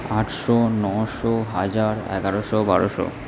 আটশো নশো হাজার এগারোশো বারোশো